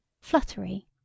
fluttery